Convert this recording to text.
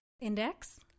Index